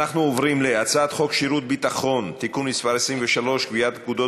אנחנו עוברים להצעת חוק שירות ביטחון (תיקון מס' 23) (קביעת פקודות